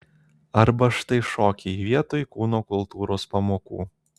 arba štai šokiai vietoj kūno kultūros pamokų